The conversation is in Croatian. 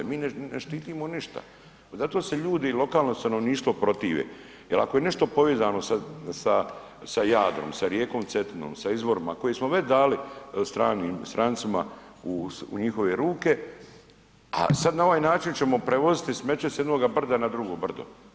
Mi ne štitimo ništa, pa zato se ljudi i lokalno stanovništvo protive, jer ako je nešto povezano sa Jadrom, sa rijekom Cetinom, sa izvorima koji smo već dali strancima u njihove ruke, a sad na ovaj način ćemo prevoziti smeće s jednoga brda na drugo brdo.